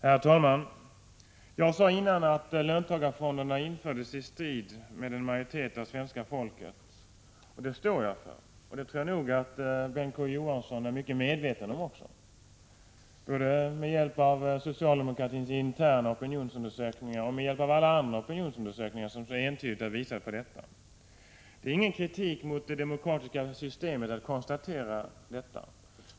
Herr talman! Jag sade tidigare att löntagarfonderna infördes i strid med uppfattningen hos en majoritet av svenska folket, och det står jag för. Jag tror nog att också Bengt K. Å. Johansson är mycket medveten om detta. Både socialdemokratins interna opinionsundersökningar och alla andra opinionsundersökningar visar entydigt på detta. Det är ingen kritik mot det demokratiska systemet att konstatera detta.